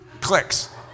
Clicks